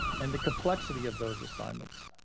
and the complexity of those assignments.